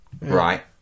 right